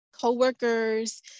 Co-workers